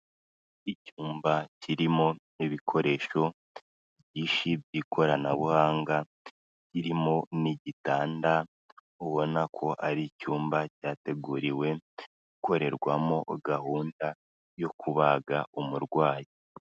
Icyumba kirimo ibikoresho byinihi by'ikoranabuhanga irimo n'igitanda ubona ko ari icyumba cyateguriwe gukorerwamo gahunda yo kubaga umurwayi.